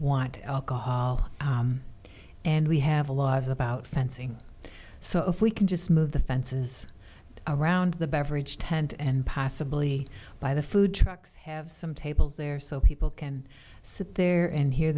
want alcohol and we have a law is about fencing so if we can just move the fences around the beverage tent and possibly by the food trucks have some tables there so people can sit there and he